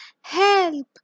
Help